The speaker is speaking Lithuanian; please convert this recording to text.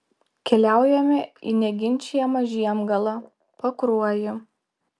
keliaujame į neginčijamą žiemgalą pakruojį